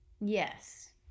yes